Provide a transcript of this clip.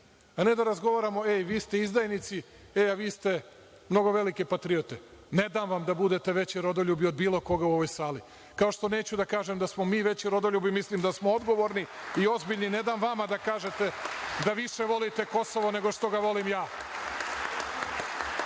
a ne da razgovaramo – ej, vi ste izdajnici, ej, vi ste mnogo velike patriote. Ne dam vam da budete veći rodoljubi od bilo koga u ovoj sali. Kao, što neću da kažem da smo mi veći rodoljubi, jer mislim da smo odgovorni i ozbiljni, ne dam vama da kažete da više volite Kosovo, nego što ga volim ja. Na